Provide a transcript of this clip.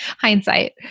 hindsight